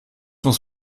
muss